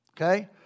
okay